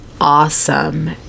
awesome